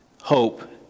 Hope